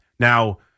Now